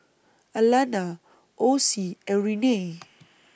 Alanna Ossie and Renae